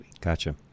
Gotcha